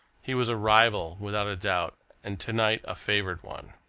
he was a rival, without a doubt, and to-night a favoured one.